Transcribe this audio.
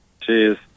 Cheers